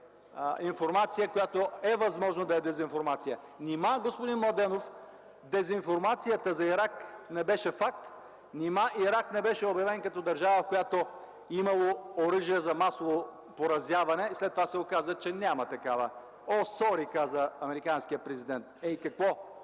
информация, която е възможно да е дезинформация. Господин Младенов, нима дезинформацията за Ирак не беше факт!? Нима Ирак не беше обявен като държава, в която е имало оръжие за масово поразяване, а след това се оказа, че няма такова. „О, сори” каза американският президент. Е, и какво?!